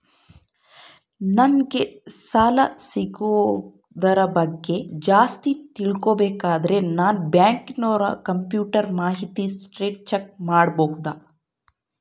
ನಂಗೆ ಸಾಲ ಸಿಗೋದರ ಬಗ್ಗೆ ಜಾಸ್ತಿ ತಿಳಕೋಬೇಕಂದ್ರ ನಾನು ಬ್ಯಾಂಕಿನೋರ ಕಂಪ್ಯೂಟರ್ ಮಾಹಿತಿ ಶೇಟ್ ಚೆಕ್ ಮಾಡಬಹುದಾ?